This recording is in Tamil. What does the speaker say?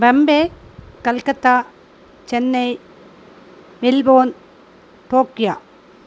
Bombay Calcutta Chennai Melbourne Tokyo